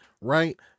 right